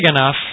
enough